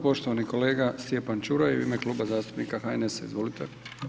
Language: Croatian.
Poštovani kolega Stjepan Čuraj u ime Kluba zastupnika HNS-a, izvolite.